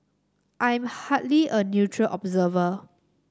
I am hardly a neutral observer